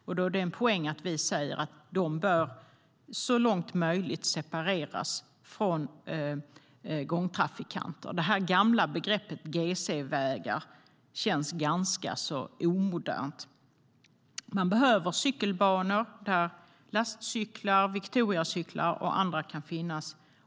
Då är det en poäng att vi säger att de så långt det är möjligt bör separeras från gångtrafikanter. Det gamla begreppet GC-vägar känns ganska omodernt. Man behöver cykelbanor där lastcyklar, Victoriacyklar och andra kan finnas.